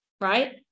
right